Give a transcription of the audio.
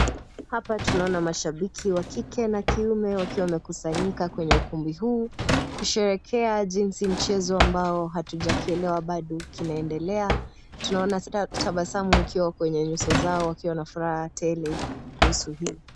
Hapa tunaona washabiki wa kike na kiume wakiwa wamekusanyika kwenye ukumbi huu, kusherekea jinsi mchezo ambao hatuja kielewa bado kina endelea tunaona tabasamu ikiwa kwenye nyuso zao wakiwa na furaha tele kuhusu hii.